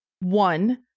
one